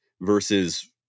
versus